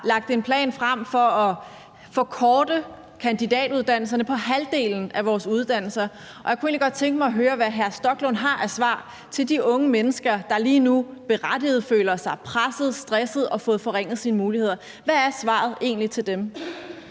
lagt en plan frem om at forkorte kandidatuddannelserne på halvdelen af vores uddannelser. Og jeg kunne egentlig godt tænke mig at høre, hvad hr. Rasmus Stoklund har af svar til de unge mennesker, der lige nu berettiget føler sig presset, stresset og har fået forringet deres muligheder. Hvad er svaret egentlig til dem?